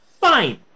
fine